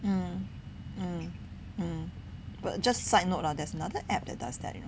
mm mm mm but just side note lah there's another app that does that